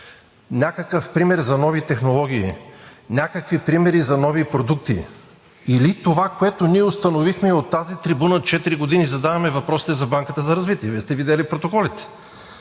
някакъв пример за нови технологии, някакви примери за нови продукти? Или това, което ние установихме и от тази трибуна четири години задаваме въпросите за Банката за развитие – Вие сте видели протоколите,